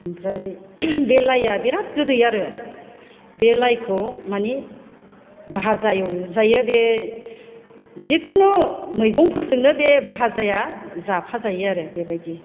ओमफ्राय बे लाया बिराद गोदै आरो बे लायखौ माने भाजा एवजायो बे जिखुनु मैगंफोरजोंनो बे भाजाया जाफाजायो आरो बेबायदि